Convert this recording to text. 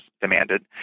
demanded